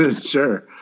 Sure